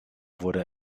wurde